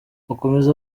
akomeza